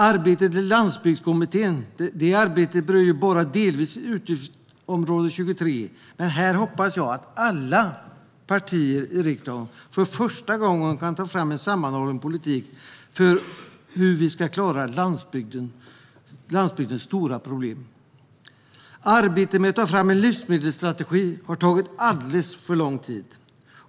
Arbetet i Landsbygdskommittén berör ju bara delvis utgiftsområde 23, men här hoppas jag att alla partier i riksdagen för första gången kan ta fram en sammanhållen politik för hur vi ska klara landsbygdens stora problem. Arbetet med att ta fram en livsmedelsstrategi har tagit alldeles för lång tid.